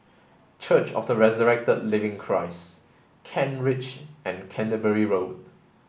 Church of the Resurrected Living Christ Kent Ridge and Canterbury Road